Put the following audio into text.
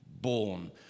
born